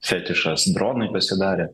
fetišas dronai pasidarė